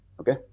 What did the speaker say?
okay